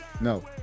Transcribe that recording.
No